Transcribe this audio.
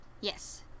Yes